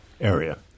area